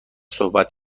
صحبت